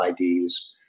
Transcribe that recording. IDs